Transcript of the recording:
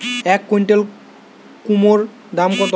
এক কুইন্টাল কুমোড় দাম কত?